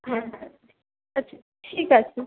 হ্যাঁ হ্যাঁ আচ্ছা ঠিক আছে